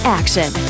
action